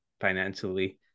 financially